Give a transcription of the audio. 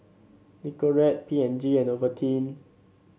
Nicorette P and G and Ovaltine